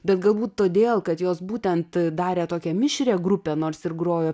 bet galbūt todėl kad jos būtent darė tokią mišrią grupę nors ir grojo